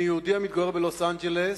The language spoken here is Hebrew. אני יהודי המתגורר בלוס-אנג'לס,